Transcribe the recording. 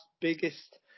biggest